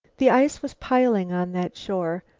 the ice was piling on that shore,